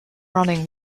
running